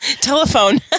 Telephone